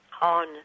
on